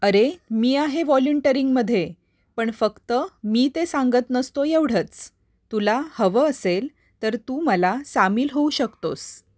अरे मी आहे व्हॉलिंटरिंगमध्ये पण फक्त मी ते सांगत नसतो एवढंच तुला हवं असेल तर तू मला सामील होऊ शकतोस